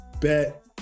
bet